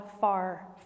far